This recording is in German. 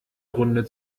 runde